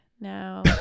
now